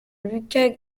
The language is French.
luca